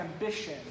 ambition